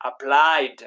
applied